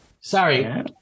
sorry